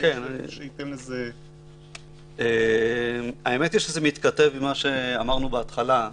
שייתן לזה --- זה מתכתב עם מה שאמרנו בהתחלה,